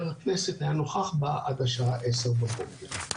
הכנסת היה נוכח בה עד השעה 10:00 בבוקר.